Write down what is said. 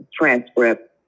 transcript